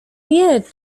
wie